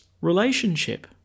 relationship